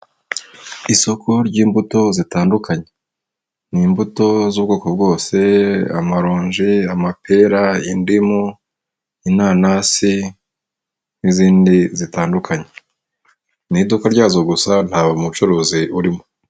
Isoko ry'imbuto zitandukanye, ni imbuto z'ubwoko bwose amaronje, amapera, indimu, inanasi, n'izindi zitandukanye mu iduka ryazo gusa nta umucuruzi urimo.